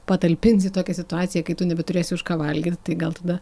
patalpins į tokią situaciją kai tu nebeturėsi už ką valgyti tai gal tada